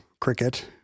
cricket